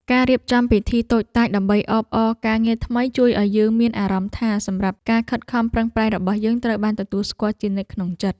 ការរៀបចំពិធីតូចតាចដើម្បីអបអរការងារថ្មីជួយឱ្យយើងមានអារម្មណ៍ថាសម្រាប់ការខិតខំប្រឹងប្រែងរបស់យើងត្រូវបានទទួលស្គាល់ជានិច្ចក្នុងចិត្ត។